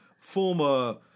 former